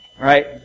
right